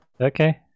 okay